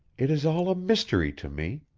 it is all a mystery to me.